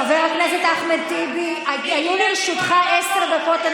חבר הכנסת אחמד טיבי, היו לרשותך עשר דקות.